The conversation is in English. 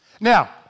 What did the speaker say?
Now